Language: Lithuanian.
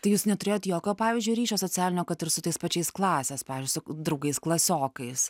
tai jūs neturėjot jokio pavyzdžiui ryšio socialinio kad ir su tais pačiais klasės pavyzdžiui su draugais klasiokais